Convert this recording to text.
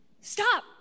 stop